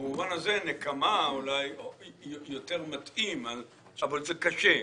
במובן הזה "נקמה" יותר מתאים אבל זה קשה.